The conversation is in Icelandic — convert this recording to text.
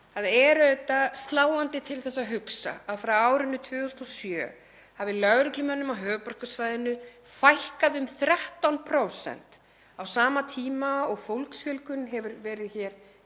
það er auðvitað sláandi til þess að hugsa að frá árinu 2007 hafi lögreglumönnum á höfuðborgarsvæðinu fækkað um 13% á sama tíma og fólksfjölgun hefur verið hér